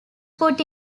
put